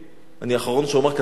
אני האחרון שאומר כזה דבר,